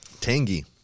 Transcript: Tangy